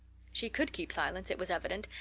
she could keep silence, it was evident,